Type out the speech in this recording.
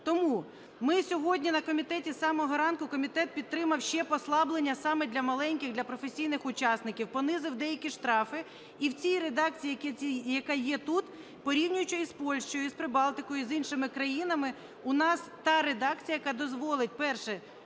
Тому ми сьогодні на комітеті… З самого ранку комітет підтримав ще послаблення саме для маленьких для професійних учасників, понизив деякі штрафи. І в цій редакції, яка є тут, порівнюючи з Польщею, з Прибалтикою і з іншими країнами, у нас та редакція, яка дозволить, перше,